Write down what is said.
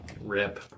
Rip